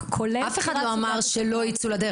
אף אחד לא אמר שלא יצאו לדרך.